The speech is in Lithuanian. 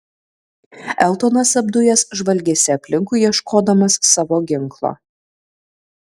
eltonas apdujęs žvalgėsi aplinkui ieškodamas savo ginklo